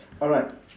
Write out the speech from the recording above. alright